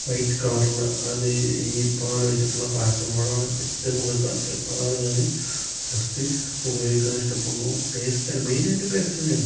white കളറുള്ള അത് ഈ പാലൊഴിച്ചിട്ടുള്ള പായസങ്ങളോടാണ് ഏറ്റോം കൂടുതൽ താല്പര്യം അതാണ് ഞാൻ ഫസ്റ്റ് ഉപയോഗിക്കാൻ ഇഷ്ടപ്പെടുന്നതും ടേസ്റ്റാണ് മെയിനായിട്ട് ടെസ്റ്റേന്നെയാണ്